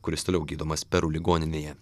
kuris toliau gydomas peru ligoninėje